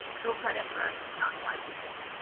dual credit for us is not quite the same.